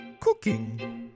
Cooking